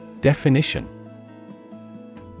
Definition